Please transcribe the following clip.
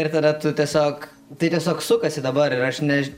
ir tada tu tiesiog tai tiesiog sukasi dabar ir aš než